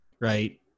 right